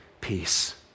peace